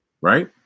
Right